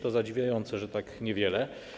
To zadziwiające, że tak niewiele.